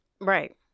Right